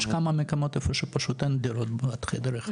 יש כמה מקומות שפשוט אין דירות חדר אחד,